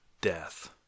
death